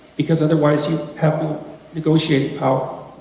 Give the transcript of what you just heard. because otherwise you have no negotiate power.